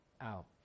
out